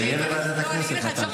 זה יגיע לוועדת הכנסת.